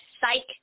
psych